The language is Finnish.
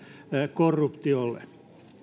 korruptiolle